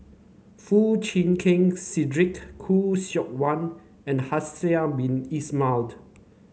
Foo Chee Keng Cedric Khoo Seok Wan and Haslir Bin Ibrahim